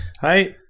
Hi